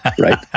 right